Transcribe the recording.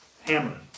Hammer